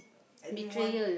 anyone